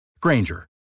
Granger